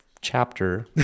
chapter